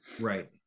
right